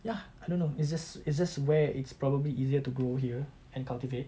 ya I don't know it's just it's just where it's probably easier to grow here and cultivate